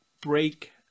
break